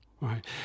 Right